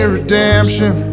redemption